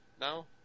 now